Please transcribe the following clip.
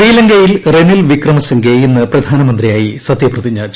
ശ്രീലങ്കയിൽ Ranil Wickremesinghe പ്രധാനമന്ത്രിയായി സത്യപ്രതിജ്ഞ ചെയ്യും